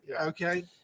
Okay